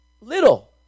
little